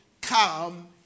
come